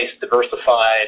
diversified